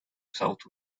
south